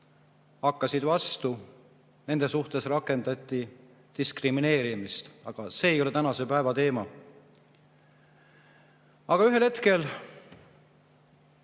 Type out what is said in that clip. hakkasid vastu. Nende suhtes rakendati diskrimineerimist. Aga see ei ole tänase päeva teema. Ühel hetkel